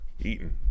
eaten